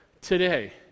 today